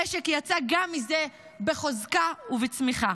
גם מזה המשק יצא בחוזקה ובצמיחה.